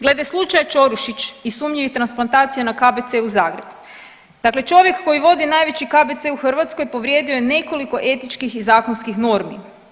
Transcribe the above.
Glede slučaja Čorušić i sumnjivih transplantacija na KBC-u Zagreb, dakle čovjek koji vodi najveći KBC u Hrvatskoj povrijedio je nekoliko etičkih i zakonskih normi.